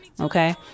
Okay